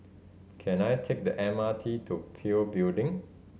can I take the M R T to PIL Building